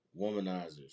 womanizers